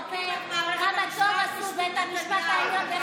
ולא לשופטי בית המשפט העליון.